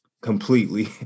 completely